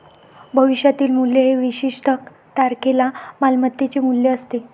भविष्यातील मूल्य हे विशिष्ट तारखेला मालमत्तेचे मूल्य असते